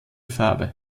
farbe